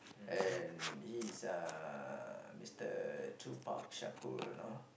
and he is uh Mister Tupac Shakur lah